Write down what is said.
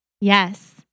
Yes